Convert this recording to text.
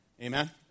Amen